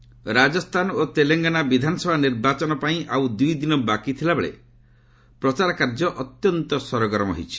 campaigning Rajasthan ଓ ତେଲେଙ୍ଗାନା ବିଧାନସଭା ନିର୍ବାଚନ ପାଇଁ ଆଉ ଦୁଇଦିନ ବାକି ଥିଲାବେଳେ ପ୍ରଚାର କାର୍ଯ୍ୟ ଅତ୍ୟନ୍ତ ସରଗରମ ହୋଇଛି